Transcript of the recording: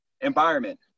environment